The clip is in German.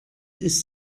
ist